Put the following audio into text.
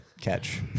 catch